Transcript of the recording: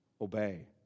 obey